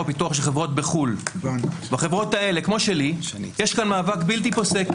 ופיתוח של חברות בחו"ל לחברות כאלה כמו שלי יש כאן מאבק בלתי פוסק.